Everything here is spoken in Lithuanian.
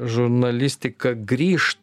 žurnalistika grįš